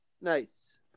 Nice